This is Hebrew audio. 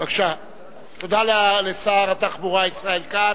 תודה לשר התחבורה ישראל כץ.